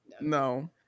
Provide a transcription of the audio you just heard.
No